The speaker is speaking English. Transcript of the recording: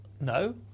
No